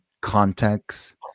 context